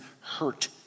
hurt